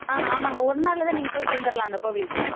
ஆ ஆமாங்க ஒருநாள் நீங்கள் போய்விட்டு வந்துடலாம் அந்தக் கோவிலுக்கு